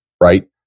right